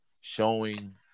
showing